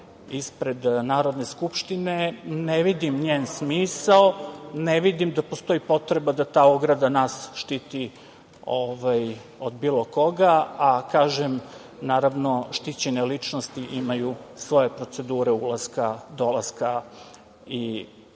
ispred Narodne skupštine. Ne vidim njen smisao. Ne vidim da postoji potreba da ta ograda nas štiti od bilo koga, a kažem, naravno, štićene ličnosti imaju svoje procedure ulaska, dolaska i odlaska.